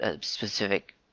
specific